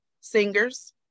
singers